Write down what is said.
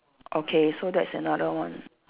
okay so that's another one